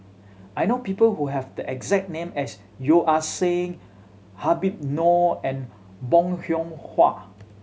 I know people who have the exact name as Yeo Ah Seng Habib Noh and Bong Hiong Hwa